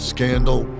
Scandal